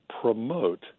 promote